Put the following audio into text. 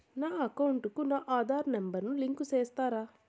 నా అకౌంట్ కు నా ఆధార్ నెంబర్ ను లింకు చేసారా